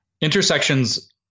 intersections